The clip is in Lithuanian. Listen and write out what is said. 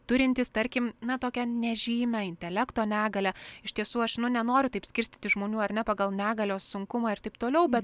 turintys tarkim na tokią nežymią intelekto negalią iš tiesų aš nu nenoriu taip skirstyti žmonių ar ne pagal negalios sunkumą ir taip toliau bet